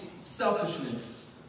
selfishness